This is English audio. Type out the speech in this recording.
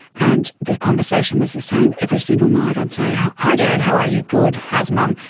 and the conversation was the same every single night. i'd say, hi dad, how are you? good. how's mum?